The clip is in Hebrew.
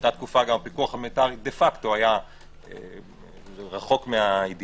באותה תקופה גם פיקוח דה-פקטו היה רחוק מהאידיאל.